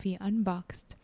Unboxed